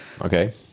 Okay